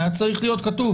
היה צריך להיות כתוב,